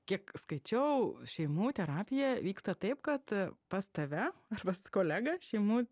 kiek skaičiau šeimų terapija vyksta taip kad pas tave ar pas kolegą šeimų